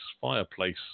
fireplace